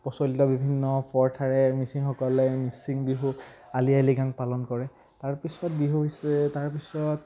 প্ৰচলিত বিভিন্ন প্ৰথাৰে মিচিংসকলে মিচিং বিহু আলি আই লৃগাং পালন কৰে তাৰপিছত বিহু হৈছে তাৰপিছত